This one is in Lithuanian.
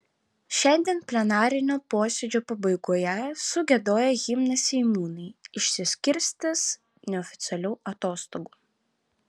šiandien plenarinio posėdžio pabaigoje sugiedoję himną seimūnai išsiskirstys neoficialių atostogų